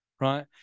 right